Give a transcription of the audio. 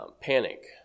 panic